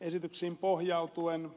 esityksiin pohjautuen